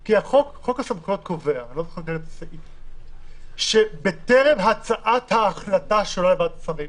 כי חוק הסמכויות קובע שבטרם הצעת ההחלטה של ועדת השרים,